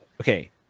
okay